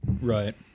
Right